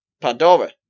Pandora